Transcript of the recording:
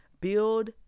Build